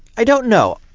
i don't know.